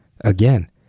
Again